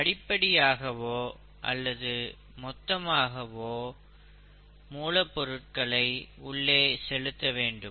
படிப்படியாகவோ அல்லது மொத்தமாகவோ மூலப் பொருட்களை உள்ளே செலுத்த வேண்டும்